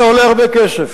זה עולה הרבה כסף.